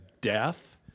death